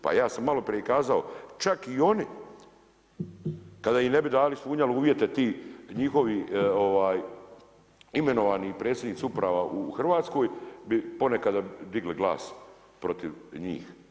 Pa ja sam malo prije i kazao čak i oni kada im ne bi dali ispunjali uvjete ti njihovi imenovani predsjednici uprava u Hrvatskoj bi ponekad digli glas protiv njih.